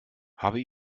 habe